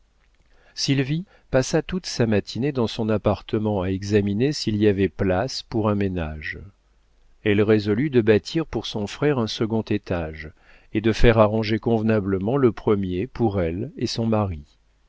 sylvie passa toute sa matinée dans son appartement à examiner s'il y avait place pour un ménage elle résolut de bâtir pour son frère un second étage et de faire arranger convenablement le premier pour elle et son mari